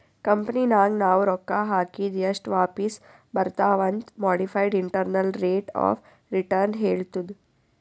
ಕಂಪನಿನಾಗ್ ನಾವ್ ರೊಕ್ಕಾ ಹಾಕಿದ್ ಎಸ್ಟ್ ವಾಪಿಸ್ ಬರ್ತಾವ್ ಅಂತ್ modified internal rate of return ಹೇಳ್ತುದ್